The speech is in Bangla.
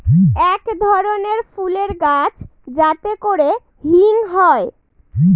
এক ধরনের ফুলের গাছ যাতে করে হিং হয়